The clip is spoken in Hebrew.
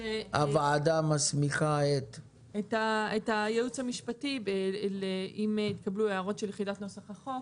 הוועדה מסמיכה את הייעוץ המשפטי שאם יתקבלו הערות של יחידת נוסח החוק,